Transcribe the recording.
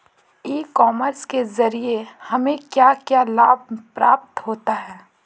ई commerce के ज़रिए हमें क्या क्या लाभ प्राप्त होता है?